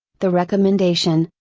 the recommendation,